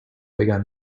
began